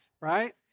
right